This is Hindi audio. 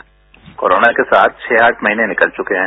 साउंड बाईट कोरोना के साथ छह आठ महीने निकल चुके है